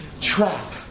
trap